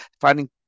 finding